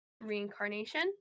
reincarnation